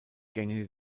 gängige